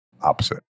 opposite